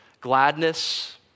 gladness